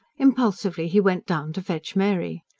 impulsively he went down to fetch mary.